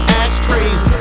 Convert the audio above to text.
ashtrays